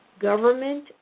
government